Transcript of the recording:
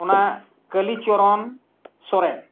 ᱚᱱᱟ ᱠᱟᱹᱞᱤᱪᱚᱨᱚᱱ ᱥᱚᱨᱮᱱ